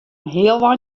healwei